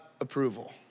approval